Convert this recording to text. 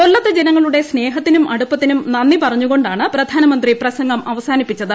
കൊല്ലത്തെ ജനങ്ങളുടെ സ്നേഹത്തിനും അടുപ്പത്തിനും നന്ദി പറഞ്ഞുകൊണ്ടാണ് പ്രധാനമന്ത്രി പ്രസംഗം അവസാനിപ്പിച്ചത്